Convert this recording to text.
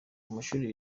mashuri